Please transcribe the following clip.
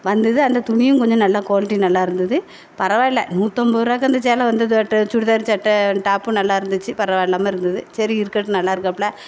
வந்தது அந்த துணியும் கொஞ்சம் நல்லா க்வாலிட்டி நல்லா இருந்தது பரவாயில்லை நூற்றம்பது ரூபாக்கு அந்த சேலை வந்தது விட்ட சுடிதார் சட்டை டாப்பும் நல்ல இருந்துச்சு பரவாயில்லாமல் இருந்தது சரி இருக்கட்டும் நல்லா இருக்காப் பிள்ள